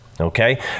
Okay